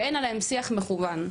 ואין עליהם שיח מכוון.